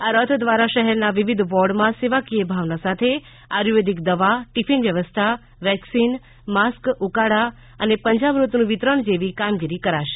આ રથ દ્વારા શહેરના વિવિધ વોર્ડમાં સેવાકીય ભાવના સાથે આયુર્વેદિક દવા ટીફીન વ્યવસ્થા વેકસીનમાસ્કઉકાળા પંચામૃતનું વિતરણ જેવી કામગીરી કરશે